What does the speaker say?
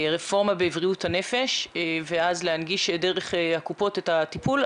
מהרפורמה בבריאות הנפש ואז להנגיש דרך הקופות את הטיפול,